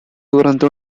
durante